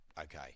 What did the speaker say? okay